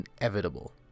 inevitable